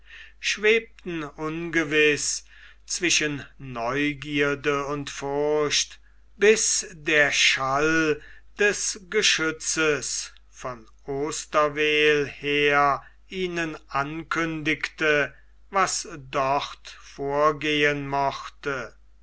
schwebten ungewiß zwischen neugierde und furcht bis der schall des geschützes von osterweel her ihnen ankündigte was dort vorgehen mochte